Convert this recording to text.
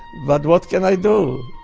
but what can i do?